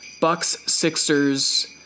Bucks-Sixers